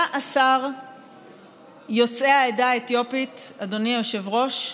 13 יוצאי העדה האתיופית, אדוני היושב-ראש,